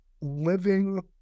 living